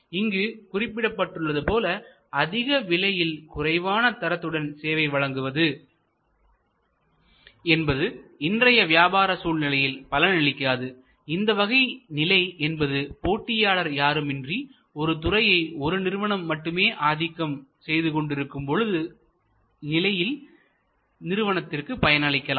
இங்கு குறிப்பிடப்பட்டுள்ளது போல அதிக விலையில் குறைவான தரத்துடன் சேவை வழங்குவது என்பது இன்றைய வியாபார சூழ்நிலையில் பலனளிக்காதுஇந்த வகை நிலை என்பது போட்டியாளர்கள் யாருமின்றி ஒரு துறையை ஒரு நிறுவனம் மட்டுமே ஆதிக்கம் செய்து கொண்டிருக்கும் பொழுது நிலையில் நிறுவனத்திற்கு பயணிக்கலாம்